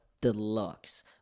Deluxe